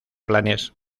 planes